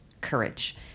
courage